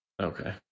Okay